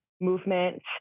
movement